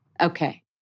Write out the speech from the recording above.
Okay